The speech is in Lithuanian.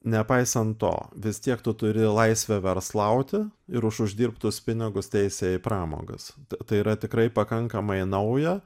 nepaisant to vis tiek tu turi laisvę verslauti ir už uždirbtus pinigus teisę į pramogas tai tai yra tikrai pakankamai nauja